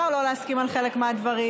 אפשר לא להסכים על חלק מהדברים,